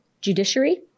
judiciary